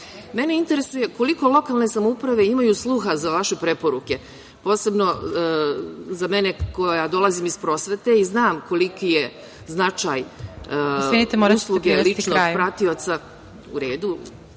interesuje koliko lokalne samouprave imaju sluha za vaše preporuke, posebno za mene koja dolazim iz prosvete i znam koliki je značaj usluge ličnog pratioca…(Predsedavajuća: